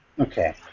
Okay